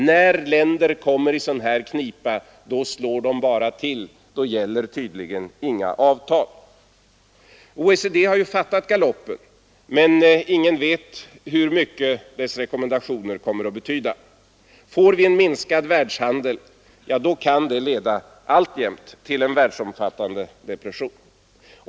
När länder kommer i knipa, slår de bara till. Då gäller tydligen inga avtal. OECD har fattat galoppen, men ingen vet hur mycket dess rekommendationer kommer att betyda. En minskad världshandel kan alltjämt leda till en världsomfattande depression.